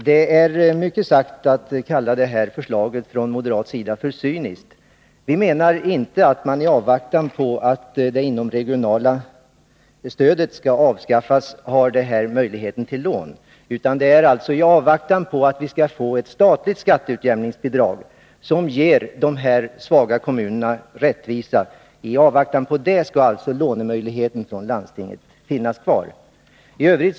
Herr talman! Det är fel att kalla förslaget från moderat håll cyniskt. Vi menar, i avvaktan på att det inomregionala stödet avskaffas, att man inte skall slopa lånemöjligheten. Enligt vår mening skall alltså landstingets möjlighet att bevilja lån finnas kvar i avvaktan på att det införs ett statligt skatteutjämningsbidrag, som ger de svaga kommunerna rättvisa.